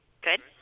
good